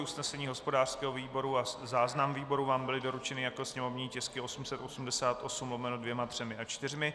Usnesení hospodářského výboru a záznam výboru vám byly doručeny jako sněmovní tisky 888/2, 3 a 4.